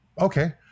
okay